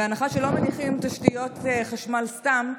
בהנחה שלא מניחים תשתיות חשמל סתם,